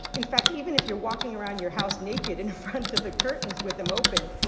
in fact, even if you're walking around your house naked in front of the curtains with them open,